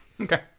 Okay